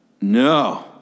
no